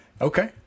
Okay